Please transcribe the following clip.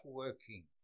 working